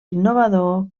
innovador